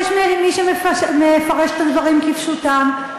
יש מי שמפרש את הדברים כפשוטם,